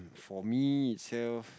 for me itself